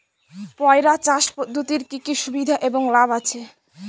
পয়রা চাষ পদ্ধতির কি কি সুবিধা এবং লাভ আছে?